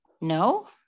no